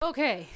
Okay